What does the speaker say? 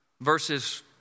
verses